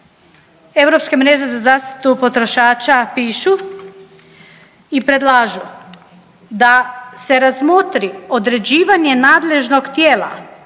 Europske mreže za zaštitu potrošača pišu i predlažu da se razmotri određivanje nadležnog tijela